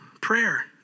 Prayer